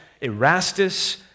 Erastus